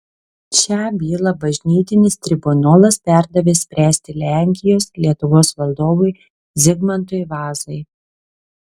šią bylą bažnytinis tribunolas perdavė spręsti lenkijos lietuvos valdovui zigmantui vazai